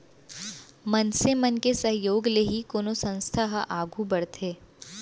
मनसे मन के सहयोग ले ही कोनो संस्था ह आघू बड़थे